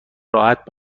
راحت